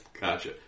Gotcha